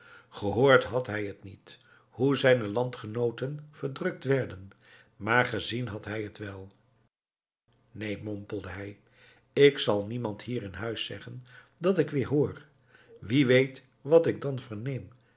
gehoord had hij het niet hoe zijne landgenooten verdrukt werden maar gezien had hij het wel neen mompelde hij ik zal niemand hier in huis zeggen dat ik weer hoor wie weet wat ik dan verneem